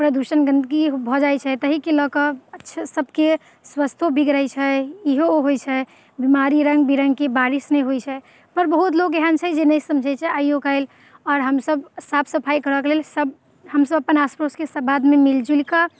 प्रदूषण गन्दगी भऽ जाइत छै ताहिके लऽ के अच्छा सबके स्वास्थओ बिगड़ैत छै इहो होइत छै बीमारी रङ्ग विरङ्ग के बारिशमे होइत छै पर बहुत लोग एहन छै जे नहि समझैत छै आइओ काल्हि आओर हमसब साफ सफाइ करऽ के लेल सब हमसब अपन आस पड़ोसके सब आदमी मिलजुल कऽ